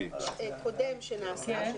תיקון קודם שנעשה.